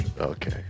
Okay